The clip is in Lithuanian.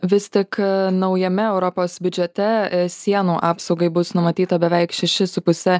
vis tik naujame europos biudžete sienų apsaugai bus numatyta beveik šešis su puse